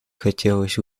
хотелось